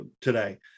today